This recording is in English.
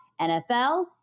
NFL